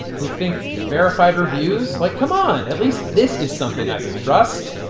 who think verified reviews like, come on, at least this is something i can trust,